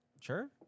Sure